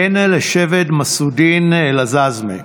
בן לשבט מסעודין אל-עזאזמה.